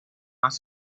más